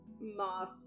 moth